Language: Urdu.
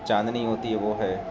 چاندنی ہوتی ہے وہ ہے